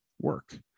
work